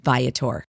Viator